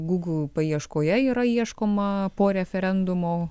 google paieškoje yra ieškoma po referendumo